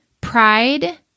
pride